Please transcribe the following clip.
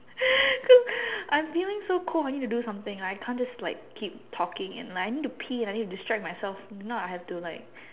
cause I'm feeling so cold I need to do something I can't just like keep talking and like I need to pee I need to keep distract myself if not I have to like